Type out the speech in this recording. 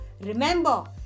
Remember